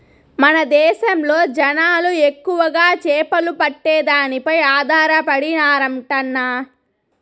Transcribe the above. మన దేశంలో జనాలు ఎక్కువగా చేపలు పట్టే దానిపై ఆధారపడినారంటన్నా